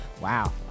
wow